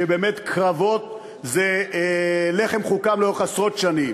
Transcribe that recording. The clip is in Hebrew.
שבאמת קרבות זה לחם חוקם לאורך עשרות שנים.